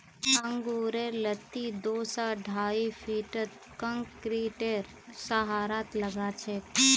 अंगूरेर लत्ती दो स ढाई फीटत कंक्रीटेर सहारात लगाछेक